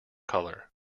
colour